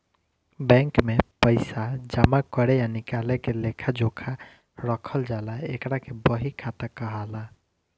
bank में पइसा जामा करे आ निकाले के लेखा जोखा रखल जाला एकरा के बही खाता कहाला